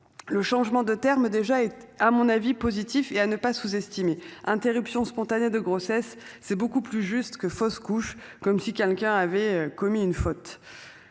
Le changement de terme déjà et à mon avis positif et à ne pas sous-estimer interruptions spontanées de grossesse c'est beaucoup plus juste que fausse couche, comme si quelqu'un avait commis une faute.